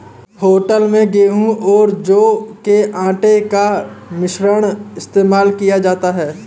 hotel में गेहूं और जौ के आटे का मिश्रण इस्तेमाल किया जाता है